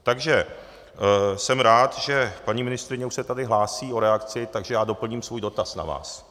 Takže jsem rád, že paní ministryně už se tady hlásí o reakci, takže doplním svůj dotaz na vás.